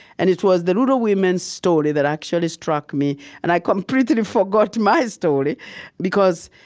and it was the rural women's story that actually struck me, and i completely forgot my story because,